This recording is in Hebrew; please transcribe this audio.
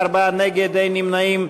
קבוצת סיעת המחנה הציוני,